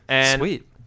sweet